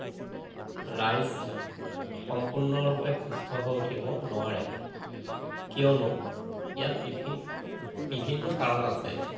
ৰাইজ সম্পূৰ্ণৰূপে সুস্থ হৈ উঠিব নোৱাৰে কিয়নো ইয়াত বিভিন্ন কাৰণ আছে